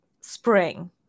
spring